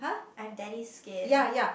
I have daddy's skin